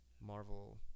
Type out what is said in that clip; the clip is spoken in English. Marvel